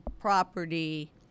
property